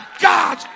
God